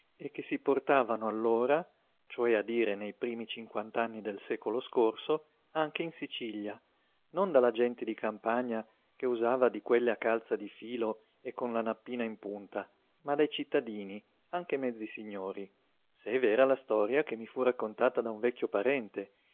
e che si portavano allora cioè a dire nei primi cinquant'anni del secolo scorso anche in sicilia non dalla gente di campagna che usava di quelle a calza di filo e con la nappina in punta ma dai cittadini anche mezzi signori se è vera la storia che mi fu raccontata da un vecchio parente